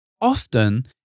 Often